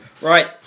Right